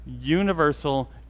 universal